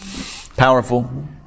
Powerful